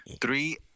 Three